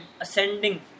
ascending